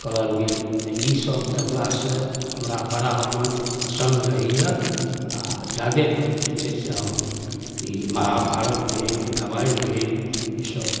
करल गेल तऽ ई सब देखलासँ हमरा बड़ा मन प्रसन्न रहैए आओर जादेतर जे छै से हम ई महाभारत भेल रामायण भेल ईसब